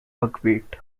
buckwheat